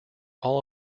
all